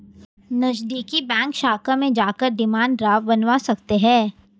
नज़दीकी बैंक शाखा में जाकर डिमांड ड्राफ्ट बनवा सकते है